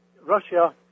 Russia